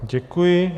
Děkuji.